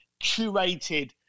curated –